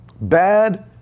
Bad